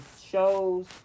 shows